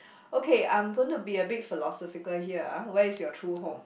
okay I'm gonna be a bit philosophical here ah where is your true home